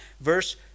verse